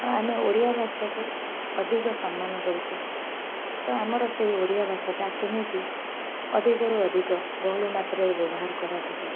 ହଁ ଆମେ ଓଡ଼ିଆ ଭାଷାକୁ ଅଧିକ ସମ୍ମାନ ଦେଉଛେ ତ ଆମର ସେଇ ଓଡ଼ିଆ ଭାଷାଟା କେମିତି ଅଧିକରୁ ଅଧିକ ବହୁଳ ମାତ୍ରାରେ ବ୍ୟବହାର କରାଯିବ